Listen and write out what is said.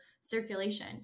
circulation